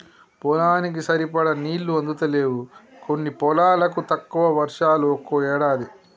పొలానికి సరిపడా నీళ్లు అందుతలేవు కొన్ని పొలాలకు, తక్కువ వర్షాలు ఒక్కో ఏడాది